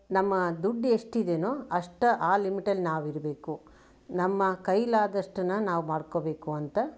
ನಮ್ಮ ದುಡ್ಡು ಎಷ್ಟಿದೆಯೋ ಅಷ್ಟು ಆ ಲಿಮಿಟಲ್ಲಿ ನಾವಿರಬೇಕು ನಮ್ಮ ಕೈಲಾದಷ್ಟನ್ನು ನಾವು ಮಾಡ್ಕೊಬೇಕು ಅಂತ